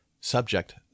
Subject